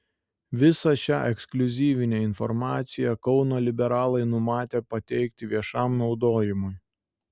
visą šią ekskliuzyvinę informaciją kauno liberalai numatę pateikti viešam naudojimui